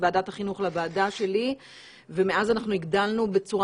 מוועדת החינוך לוועדה שלי ומאז אנחנו הגדלנו בצורה